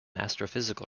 astrophysical